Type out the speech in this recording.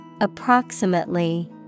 Approximately